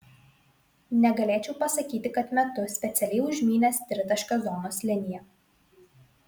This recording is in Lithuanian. negalėčiau pasakyti kad metu specialiai užmynęs tritaškio zonos liniją